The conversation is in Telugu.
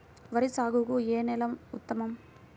వరి సాగుకు ఏ నేల ఉత్తమం?